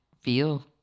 feel